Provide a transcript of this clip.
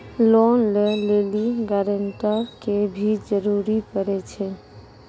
Loan लै लेली guarantor के भी जरूरी पड़ै छै?